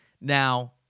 Now